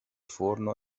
forno